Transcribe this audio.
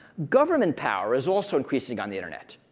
government power is also increasing on the internet.